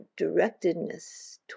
directedness